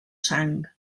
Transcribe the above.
sang